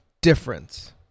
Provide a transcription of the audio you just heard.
difference